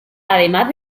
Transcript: además